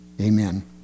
amen